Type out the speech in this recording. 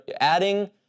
adding